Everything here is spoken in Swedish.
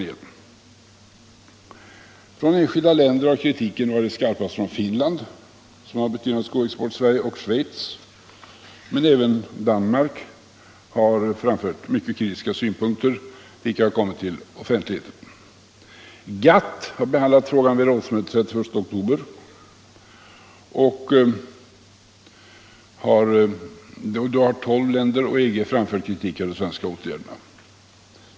Kritiken från enskilda länder har varit skarpast från Finland, som har en betydande skoexport till Sverige, och från Schweiz, men även Danmark har framfört mycket kritiska synpunkter, vilka kommit till offentligheten. GATT har behandlat frågan vid ett rådsmöte den 31 oktober, och då framförde tolv länder och EG kritik mot de svenska åtgärderna.